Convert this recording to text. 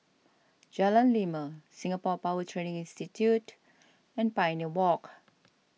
Jalan Lima Singapore Power Training Institute and Pioneer Walk